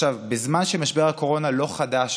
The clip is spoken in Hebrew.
בזמן שמשבר הקורונה לא חדש,